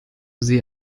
sie